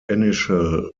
initial